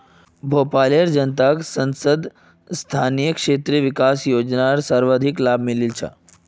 भोपालेर जनताक सांसद स्थानीय क्षेत्र विकास योजनार सर्वाधिक लाभ मिलील छ